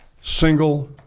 single